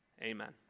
Amen